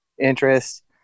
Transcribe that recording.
interest